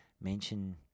mention